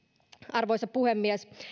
arvoisa puhemies